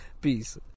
Peace